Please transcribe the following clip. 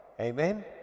amen